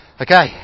Okay